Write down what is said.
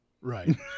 Right